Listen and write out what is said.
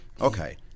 Okay